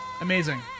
Amazing